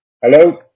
Hello